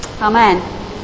Amen